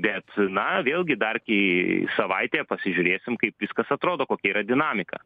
bet na vėlgi dar gi savaitę pasižiūrėsim kaip viskas atrodo kokia yra dinamika